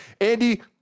Andy